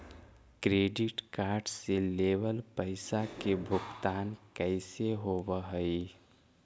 Credit card से लेवल पैसा के भुगतान कैसे होव हइ?